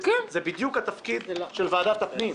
זה בדיוק התפקיד של ועדת הפנים.